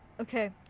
okay